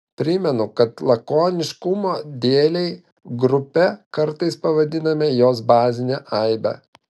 primenu kad lakoniškumo dėlei grupe kartais pavadiname jos bazinę aibę